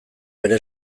bere